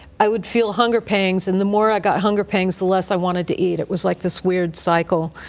i would feel hunger pangs, and the more i got hunger pangs, the less i wanted to eat. it was like this weird cycle.